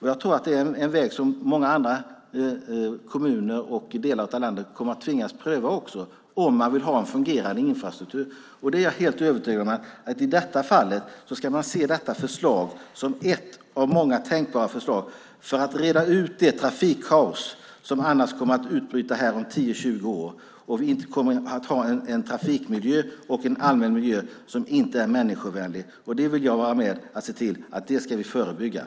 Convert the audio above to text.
Jag tror att det är en väg som många andra kommuner i landet kommer att tvingas pröva om man vill ha en fungerande infrastruktur. Jag är helt övertygad om att man ska se det här förslaget som ett av många tänkbara förslag för att reda ut det trafikkaos som annars kommer att utbryta här om 10-20 år då vi kommer att ha en trafikmiljö och en allmän miljö som inte är människovänlig. Det vill jag vara med och se till att vi förebygger.